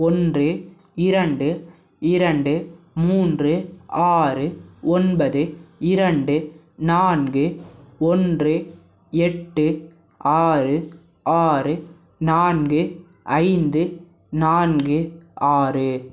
ஒன்று இரண்டு இரண்டு மூன்று ஆறு ஒன்பது இரண்டு நான்கு ஒன்று எட்டு ஆறு ஆறு நான்கு ஐந்து நான்கு ஆறு